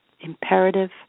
Imperative